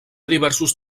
diversos